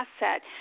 asset